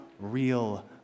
real